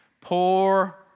poor